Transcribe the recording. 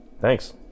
Thanks